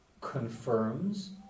confirms